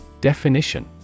Definition